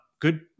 good